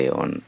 on